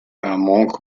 among